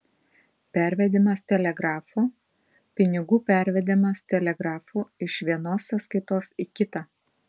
pervedimas telegrafu pinigų pervedimas telegrafu iš vienos sąskaitos į kitą